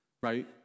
right